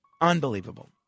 Unbelievable